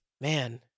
Man